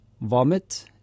vomit